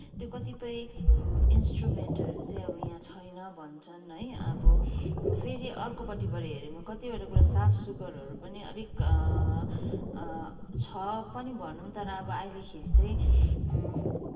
त्यो कतिपय इन्सट्रुमेन्टहरू चाहिँ अब यहाँ छैन भन्छन् है अब फेरि अर्कोपट्टिबाट हेऱ्यो भने कतिवटा कुरा साफ सुग्घरहरू पनि अलिक छ पनि भनौँ तर अब अहिलेखेरि चाहिँ